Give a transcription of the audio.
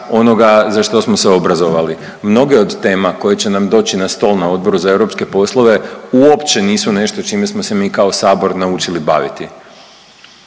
onoga za što smo se obrazovali. Mnoge od tema koje će nam doći na stol na Odboru za europske poslove uopće nisu nešto čime smo se mi kao sabor naučili baviti.